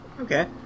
Okay